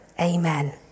Amen